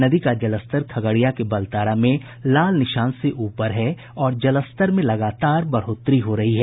नदी का जलस्तर खगड़िया के बलतारा में लाल निशान से ऊपर है और जलस्तर में लगातार बढ़ोतरी हो रही है